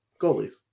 goalies